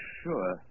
sure